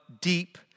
deep